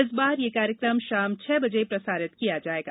इस बार यह कार्यक्रम शाम छह बजे प्रसारित किया जाएगा